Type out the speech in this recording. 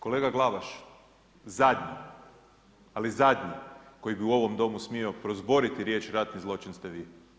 Kolega Glavaš, zadnji, ali zadnji koji bi u ovom domu smio prozboriti riječ ratni zločin, ste vi.